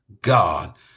God